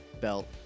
belt